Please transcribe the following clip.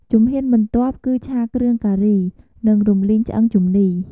ជំហានបន្ទាប់គឺ ឆាគ្រឿងការី និងរំលីងឆ្អឹងជំនី។